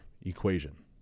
equation